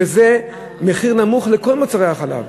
שזה מחיר נמוך לכל מוצרי החלב,